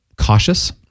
cautious